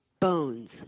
bones